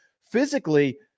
physically